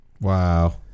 Wow